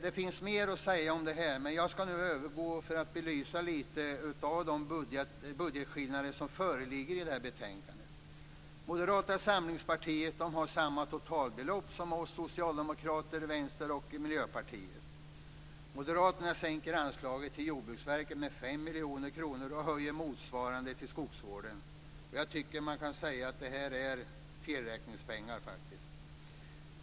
Det finns mer att säga om det här, men jag skall nu övergå till att belysa lite av de budgetskillnader som föreligger i det här betänkandet. Moderata samlingspartiet har samma totalbelopp som vi socialdemokrater, Vänstern och Miljöpartiet. 5 miljoner kronor och höjer motsvarande till skogsvården. Jag tycker att man kan säga att det här är felräkningspengar.